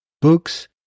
books